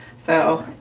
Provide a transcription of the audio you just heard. so,